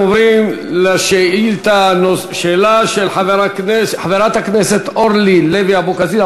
אנחנו עוברים לשאילתה של חברת הכנסת אורלי לוי אבקסיס.